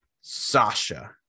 Sasha